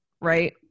right